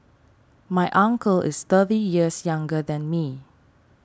my uncle is thirty years younger than me